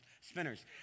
spinners